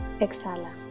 exhala